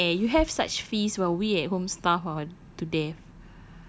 that's not fair you have such feast while we at home starve on to death